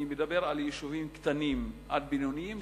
אני מדבר על יישובים קטנים עד בינוניים,